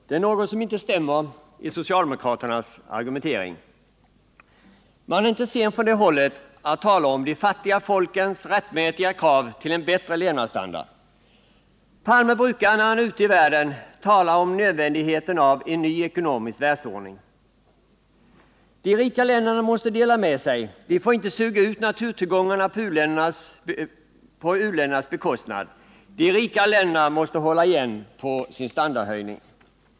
Herr talman! Det är något som inte stämmer i socialdemokraternas argumentering. Man är inte sen från det hållet att tala om de fattiga folkens rättmätiga krav på en bättre levnadsstandard. Olof Palme brukar — när han är ute i världen — tala om nödvändigheten av en ny ekonomisk världsordning. De rika länderna måste dela med sig — de får inte suga ut naturtillgångarna på u-ländernas bekostnad. De rika länderna måste hålla igen på sin standardhöjning.